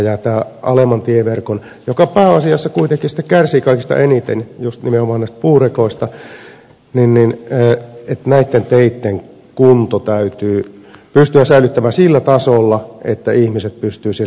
tämä alemman tieverkon joka pääasiassa kuitenkin sitten kärsii kaikista eniten juuri nimenomaan näistä puurekoista kunto täytyy pystyä säilyttämään sillä tasolla että ihmiset pystyvät siellä liikkumaan